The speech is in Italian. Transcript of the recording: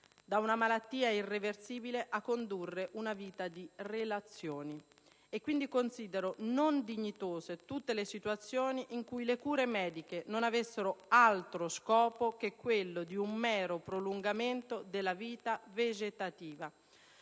da una malattia irreversibile a condurre una vita di relazioni e quindi considero non dignitose tutte le situazioni in cui le cure mediche non avessero altro scopo che quello di un mero prolungamento della vita vegetativa.